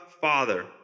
Father